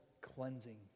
cleansing